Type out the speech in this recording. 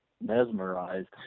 mesmerized